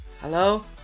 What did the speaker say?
Hello